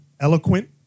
eloquent